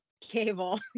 Cable